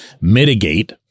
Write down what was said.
mitigate